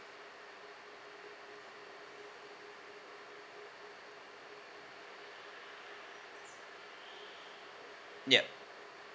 yup